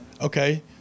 Okay